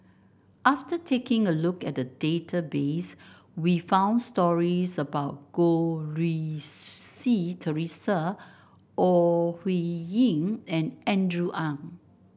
after taking a look at the database we found stories about Goh Rui Si Theresa Ore Huiying and Andrew Ang